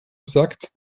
sagt